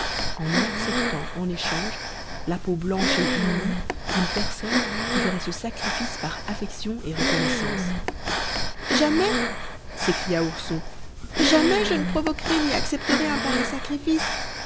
en acceptant en échange la peau blanche et unie d'une personne qui ferait ce sacrifice par affection et reconnaissance jamais s'écria ourson jamais je ne provoquerai ni accepterai un pareil sacrifice